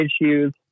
issues